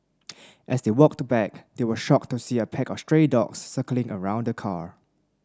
as they walked back they were shocked to see a pack of stray dogs circling around the car